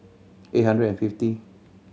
eight hundred and fifty